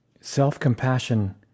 self-compassion